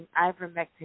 ivermectin